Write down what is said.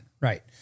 right